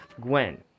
Gwen